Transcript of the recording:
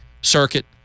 circuit